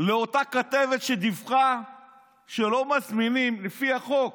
לאותה כתבת שדיווחה שלא מזמינים לפי החוק